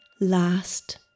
last